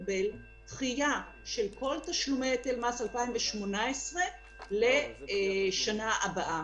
לקבל דחייה של כל תשלומי היטל מס 2018 לשנה הבאה.